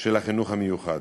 של החינוך המיוחד.